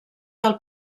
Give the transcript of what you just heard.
del